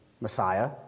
Messiah